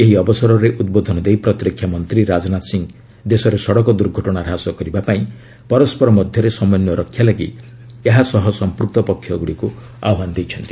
ଏହି ଅବସରରେ ଉଦ୍ବୋଧନ ଦେଇ ପ୍ରତିରକ୍ଷା ମନ୍ତ୍ରୀ ରାଜନାଥ ସିଂହ ଦେଶରେ ସଡ଼କ ଦୁର୍ଘଟଣା ହ୍ରାସ କରିବାପାଇଁ ପରସ୍କର ମଧ୍ୟରେ ସମନ୍ୱୟ ରକ୍ଷା ଲାଗି ଏହା ସହ ସମ୍ପୃକ୍ତ ପକ୍ଷଗୁଡ଼ିକୁ ଆହ୍ୱାନ ଦେଇଛନ୍ତି